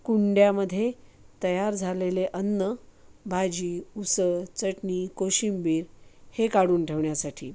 कुंड्यामध्ये तयार झालेले अन्न भाजी उसळ चटणी कोशिंबीर हे काढून ठेवण्यासाठी